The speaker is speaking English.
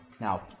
Now